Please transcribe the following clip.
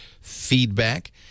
feedback